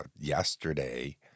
yesterday